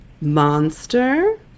monster